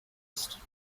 ist